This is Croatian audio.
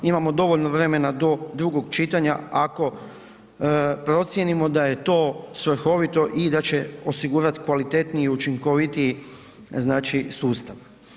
Imamo dovoljno vremena do drugog čitanja ako procijenimo da je to svrhovito i da će osigurati kvalitetniji učinkovitiji znači sustav.